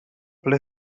ple